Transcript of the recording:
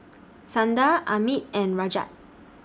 Sundar Amit and Rajat